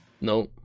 No